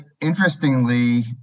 interestingly